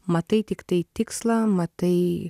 matai tiktai tikslą matai